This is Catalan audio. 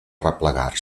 replegar